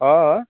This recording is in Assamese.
অঁ